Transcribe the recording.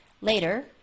Later